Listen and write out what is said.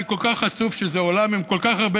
אני כל כך עצוב שזה עולם עם כל כך הרבה